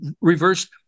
reverse